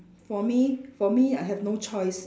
for me for me I have no choice